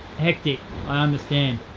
hectic, i understand.